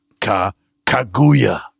Kaguya